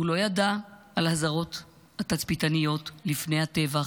הוא לא ידע על אזהרות התצפיתניות לפני הטבח,